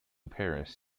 paris